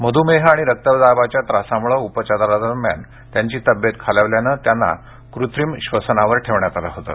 मधुमेह आणि रक्तदाबाच्या त्रासामुळे उपचारादरम्यान त्यांची तब्येत खालावल्याने त्यांना कृत्रिम श्वसनावर ठेवण्यात आलं होतं